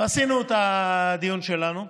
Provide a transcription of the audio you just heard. עשינו את הדיון שלנו,